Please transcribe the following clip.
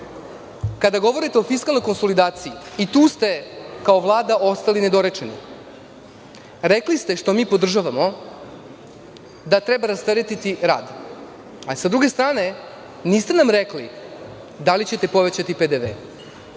kada govorite o konsolidaciji i tu ste kao Vlada ostali nedorečeni, rekli ste, što podržavamo, da treba rasteretiti radnika, a sa druge strane niste nam rekli da li ćete povećati PDV,